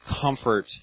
comfort